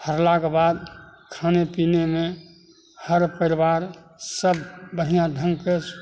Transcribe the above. फड़लाक बाद खाने पीनेमे हर परिवार सभ बढ़िआँ ढङ्गके